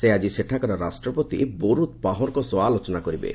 ସେ ଆକି ସେଠାକାର ରାଷ୍ଟ୍ରପତି ବୋରୁତ୍ ପାହୋରଙ୍କ ସହ ଆଲୋଚନା କରିବେ